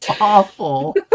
awful